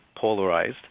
polarized